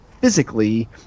physically